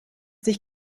sich